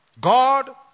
God